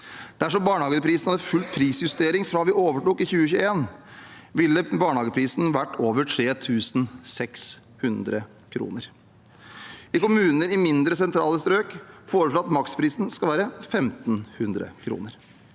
Dersom barnehageprisen hadde fulgt prisjusteringen fra vi overtok i 2021, ville den i 2024 vært over 3 600 kr. I kommuner i mindre sentrale strøk foreslår vi at maksprisen skal